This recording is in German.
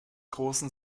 großen